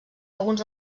alguns